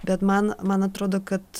bet man man atrodo kad